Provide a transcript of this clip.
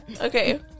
Okay